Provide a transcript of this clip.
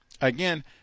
again